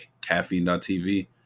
caffeine.tv